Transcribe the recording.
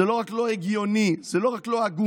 זה לא רק לא הגיוני, זה לא רק לא הגון,